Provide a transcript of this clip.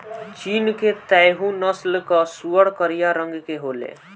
चीन के तैहु नस्ल कअ सूअर करिया रंग के होले